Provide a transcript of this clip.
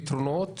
לפתרונות